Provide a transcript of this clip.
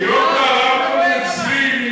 היות שהרמקול אצלי,